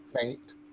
faint